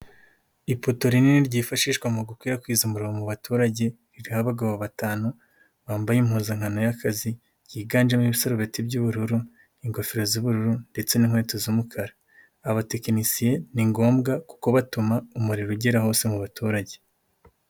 Ipoto rinini ryifashishwa mu gukwirakwiza umuriro mu baturagere rirho abagabo batanu, bambaye impuzankano y'akazi yiganjemo ibissarubeti by'ubururu, ingofero z'ubururu ndetse n'inkweto z'umukara. Abatekinisiye ni ngombwa kuko kubatuma umuriro ugera hose mu baturage.